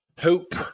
Hope